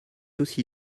aussi